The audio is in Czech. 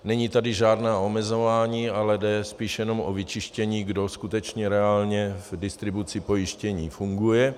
Není tady žádné omezování, ale jde spíš jenom o vyčištění, kdo skutečně reálně v distribuci pojištění funguje.